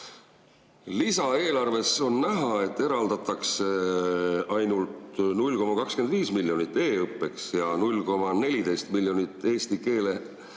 Lisaeelarves on näha, et eraldatakse ainult 0,25 miljonit e‑õppeks ja 0,14 miljonit eesti keele